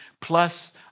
plus